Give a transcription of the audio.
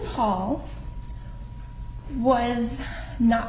paul was not